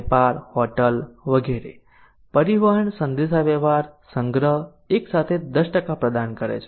વેપાર હોટલ વગેરે પરિવહન સંદેશાવ્યવહાર સંગ્રહ એકસાથે 10પ્રદાન કરે છે